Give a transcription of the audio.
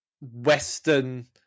Western –